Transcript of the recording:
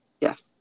Yes